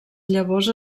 llavors